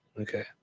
okay